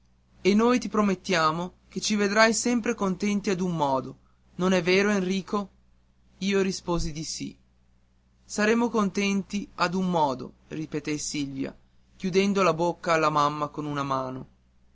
e noi ti promettiamo che ci vedrai sempre contenti ad un modo non è vero enrico io risposi di sì sempre contenti ad un modo ripeté silvia chiudendo la bocca alla mamma con una mano